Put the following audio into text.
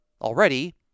Already